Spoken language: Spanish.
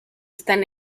están